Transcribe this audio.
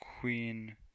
Queen